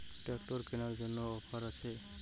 Tractor কেনার জন্য offer আছে?